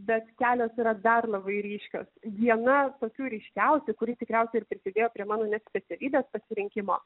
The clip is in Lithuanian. bet kelios yra dar labai ryškios viena tokių ryškiausių kuri tikriausiai ir prisidėjo prie mano net specialybės pasirinkimo